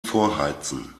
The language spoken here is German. vorheizen